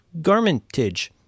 Garmentage